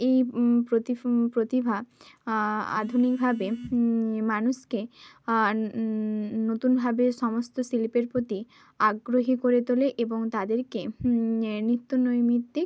এই প্রতিফ প্রতিভা আধুনিকভাবে মানুষকে নতুনভাবে সমস্ত শিল্পের প্রতি আগ্রহী করে তোলে এবং তাদেরকে এ নিত্য নৈমিত্তিক